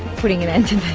putting an end